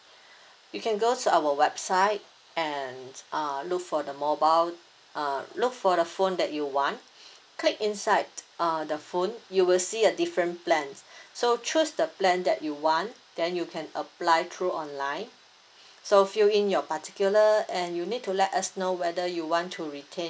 you can go to our website and uh look for the mobile uh look for the phone that you want click inside uh the phone you will see a different plan so choose the plan that you want then you can apply through online so fill in your particular and you need to let us know whether you want to retain